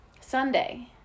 Sunday